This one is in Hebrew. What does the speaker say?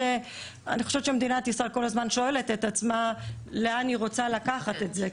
אני חושבת שמדינת ישראל כל הזמן שואלת את עצמה לאן היא רוצה לקחת את זה.